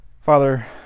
Father